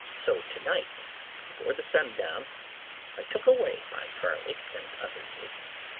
so to-night before the sundown i took away my garlic and other things.